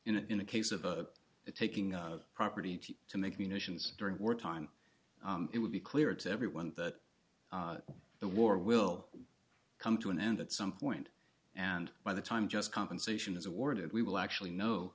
in the case of the taking on of property to make munitions during war time it would be clear to everyone that the war will come to an end at some point and by the time just compensation is awarded we will actually